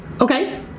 Okay